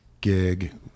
gig